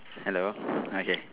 hello okay